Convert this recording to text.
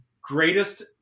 greatest